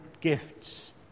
gifts